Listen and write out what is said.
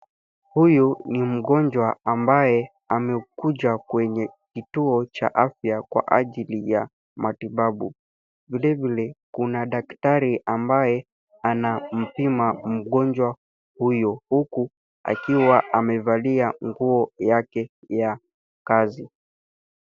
Huyu ni mgonjwa ambaye amekuja kwenye kituo cha afya, kwa ajili ya matibabu. Vile vile, kuna daktari ambaye anampima mgonjwa huyu, huku akiwa amevalia nguo yake ya kazi.